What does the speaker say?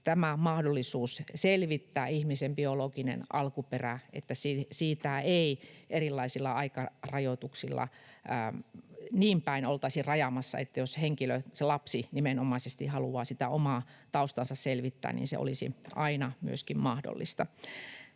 tätä mahdollisuutta selvittää ihmisen biologinen alkuperä oltaisi rajaamassa erilaisilla aikarajoituksilla, vaan jos henkilö, se lapsi nimenomaisesti, haluaa sitä omaa taustaansa selvittää, niin se olisi niin päin aina myöskin mahdollista.